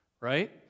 right